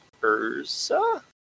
Urza